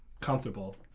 comfortable